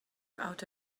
out